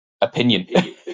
opinion